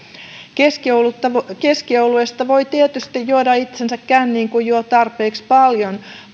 keski oluesta voi tietysti juoda itsensä känniin kun juo tarpeeksi paljon